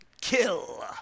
kill